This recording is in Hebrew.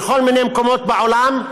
בכל מיני מקומות בעולם,